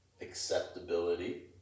acceptability